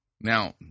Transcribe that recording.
Now